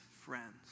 friends